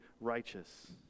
righteous